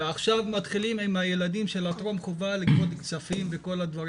ועכשיו מתחילים לגבות כספים עבור